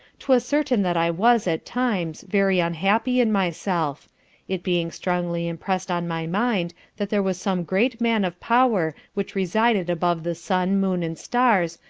twas certain that i was, at times, very unhappy in myself it being strongly impressed on my mind that there was some great man of power which resided above the sun, moon and stars,